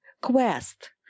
Quest